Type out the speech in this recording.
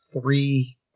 three